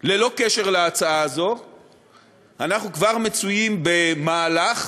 ללא קשר להצעה הזאת, אנחנו כבר מצויים במהלך